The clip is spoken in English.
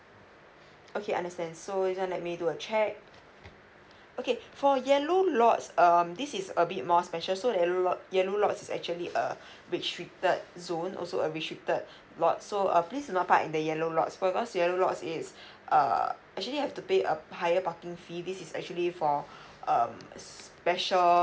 okay understand so this one let me do a check okay for yellow lots um this is a bit more special so yellows lot yellow lots is actually uh restricted zone also a restricted lot so uh please do not park in the yellow lots for us yellow lots is err actually have to pay a higher parking fee this is actually for um special uh